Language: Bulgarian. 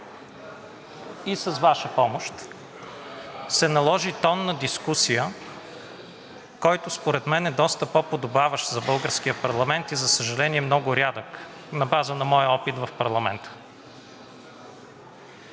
и с Ваша помощ се наложи тон на дискусия, който според нас е доста по-подобаващ за българския парламент и за съжаление, е много рядък – на база на моя опит в парламента.